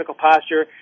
posture